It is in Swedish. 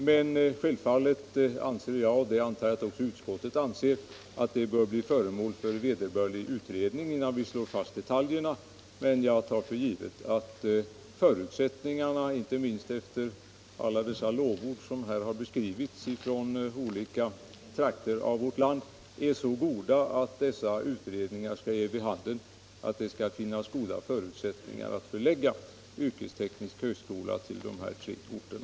Men självfallet anser jag — och det antar jag att även utskottet gör — att frågan bör bli föremål för vederbörlig utredning innan vi slår fast detaljerna. Jag tar för givet, inte minst efter alla de lovord som här uttalats från olika trakter av vårt land, att dessa utredningar skall ge vid handen att det finns goda förutsättningar att förlägga yrkesteknisk högskola till de här tre orterna.